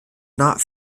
not